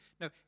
No